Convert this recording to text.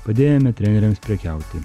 padėjome treneriams prekiauti